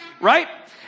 right